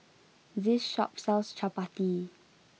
this shop sells Chappati